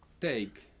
take